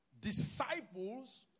Disciples